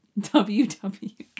WW